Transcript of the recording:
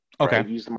Okay